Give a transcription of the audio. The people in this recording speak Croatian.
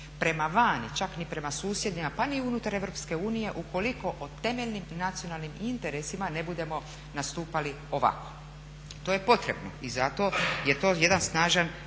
prema vani, čak ni prema susjedima, pa ni unutar EU ukoliko o temeljnim nacionalnim interesima ne budemo nastupali ovako. To je potrebno i zato je to jedan snažan